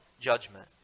judgment